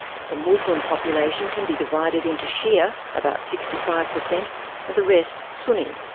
the muslim population can be divided into shia about sixty five per cent and the rest, sunni.